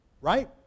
right